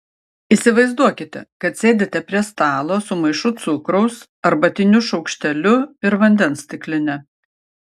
įsivaizduokite kad sėdite prie stalo su maišu cukraus arbatiniu šaukšteliu ir vandens stikline